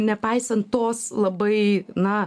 nepaisant tos labai na